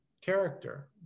character